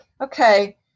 okay